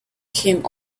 came